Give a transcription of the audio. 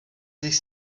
sich